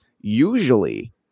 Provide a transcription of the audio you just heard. usually